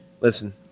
Listen